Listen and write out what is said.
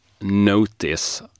notice